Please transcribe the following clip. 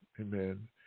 Amen